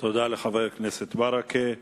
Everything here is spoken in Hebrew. תודה לחבר הכנסת ברכה.